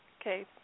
Okay